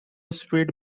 speed